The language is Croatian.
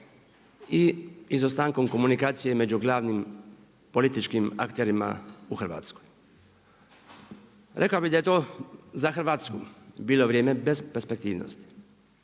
i izostankom komunikacije među glavnim političkim akterima u Hrvatskoj. Rekao bih da je to za Hrvatsku bilo vrijeme besperspektivnosti.